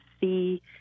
see